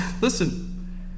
listen